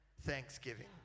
thanksgiving